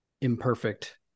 imperfect